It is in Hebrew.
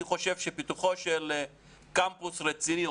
לדעתי פיתוחו של קמפוס רציני,